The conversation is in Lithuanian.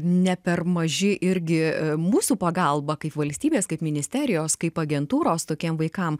ne per maži irgi mūsų pagalba kaip valstybės kaip ministerijos kaip agentūros tokiem vaikam